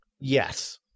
Yes